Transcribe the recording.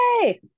Yay